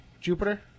Jupiter